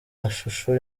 mashusho